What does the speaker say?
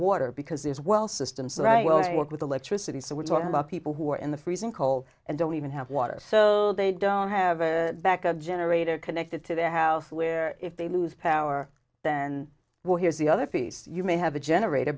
water because these well systems right well what with electricity so we're talking about people who are in the freezing cold and don't even have water so they don't have a backup generator connected to their house where if they lose power then well here's the other piece you may have a generator